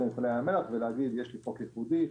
מפעלי ים המלח ולומר: יש לי פה חוק הזיכיון.